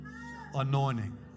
anointing